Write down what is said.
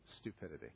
stupidity